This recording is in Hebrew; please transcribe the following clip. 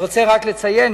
רוצה לציין,